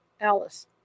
Alice